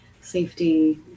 safety